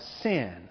sin